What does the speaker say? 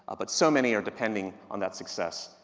but so many are depending on that success.